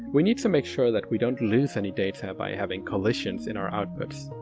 we need to make sure that we don't lose any data by having collisions in our outputs.